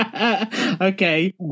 Okay